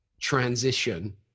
transition